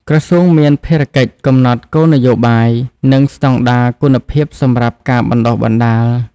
ក្រសួងមានភារកិច្ចកំណត់គោលនយោបាយ និងស្តង់ដារគុណភាពសម្រាប់ការបណ្ដុះបណ្ដាល។